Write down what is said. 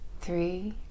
three